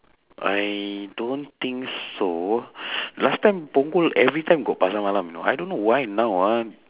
I don't think so last time punggol every time got pasar malam you know I don't know why now ah